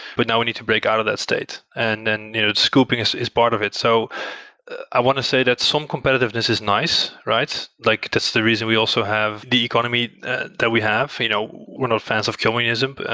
but now we need to break out of that state. and then scooping is is part of it, so i want to say that some competitiveness is nice, right? like that's the reason we also have the economy that we have. you know we're not fans of communism.